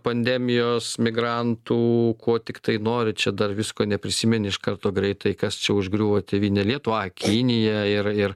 pandemijos migrantų ko tiktai nori čia dar visko neprisimeni iš karto greitai kas čia užgriuvo tėvynę lietuvą ai kinija ir ir